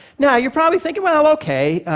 now you're probably thinking, well, ok,